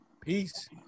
Peace